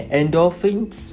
endorphins